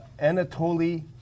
Anatoly